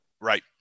Right